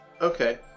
Okay